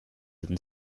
and